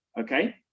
okay